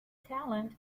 talent